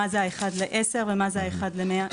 מה זה האחד ל-10 ומה זה האחד ל-100,